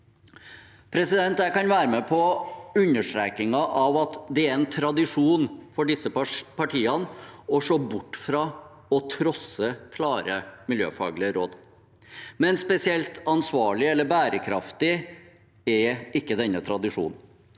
Jeg kan være med på understrekingen av at det er en tradisjon for disse partiene å se bort fra og trosse klare miljøfaglige råd, men spesielt ansvarlig eller bærekraftig er ikke denne tradisjonen,